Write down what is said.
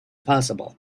possible